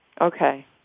Okay